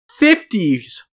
50s